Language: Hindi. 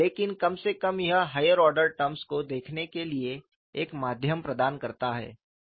लेकिन कम से कम यह हायर ऑर्डर टर्म्स को देखने के लिए एक माध्यम प्रदान करता है